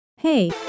Hey